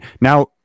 Now